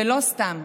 ולא סתם,